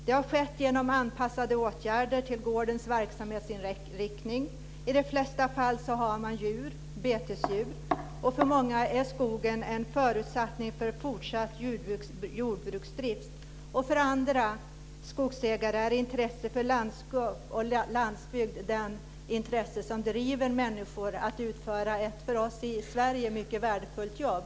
Det har skett genom åtgärder anpassade till gårdens verksamhetsinriktning. I de flesta fall har man betesdjur. För många är skogen en förutsättning för fortsatt jordbruksdrift. För andra skogsägare är intresset för landskap och landsbygd det intresse som driver människor att utföra ett för oss i Sverige mycket värdefullt jobb.